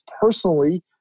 personally